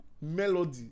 melody